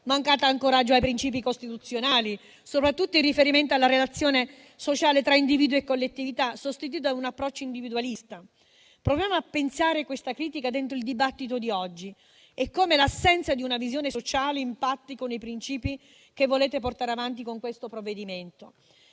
mancato ancoraggio ai princìpi costituzionali, soprattutto in riferimento alla relazione sociale tra individuo e collettività, sostituita da un approccio individualista. Proviamo a pensare questa critica dentro il dibattito di oggi e come l'assenza di una visione sociale impatti con i principi che volete portare avanti con questo provvedimento.